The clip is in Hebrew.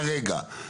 כרגע,